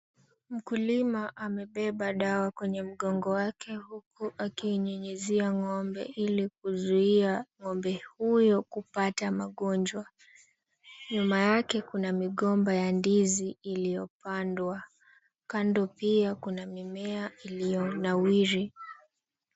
Mkulima amebeba dawa kwenye mgongo wake huku akinyunyizia ng'ombe ili kuzuia ng'ombe huyo kupata magonjwa. Nyuma yake kuna migomba ya ndizi iliyopandwa. Kando pia kuna mimea iliyonawiri.